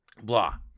blah